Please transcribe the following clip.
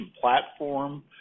platform